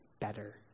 better